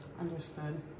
Understood